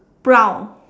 brown